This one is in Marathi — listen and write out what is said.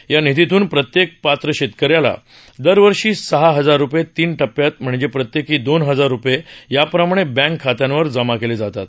या निधीतून प्रत्येक पात्र शेतकऱ्याला दरवर्षी सहा हजार रुपये तीन टप्प्यात म्हणजे प्रत्येकी दोन हजार रुपये याप्रमाणे बँक खात्यावर जमा केले जातात